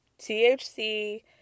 THC